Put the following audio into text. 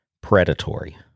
predatory